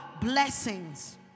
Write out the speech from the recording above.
Blessings